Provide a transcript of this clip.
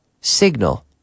signal